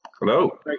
Hello